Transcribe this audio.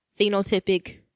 phenotypic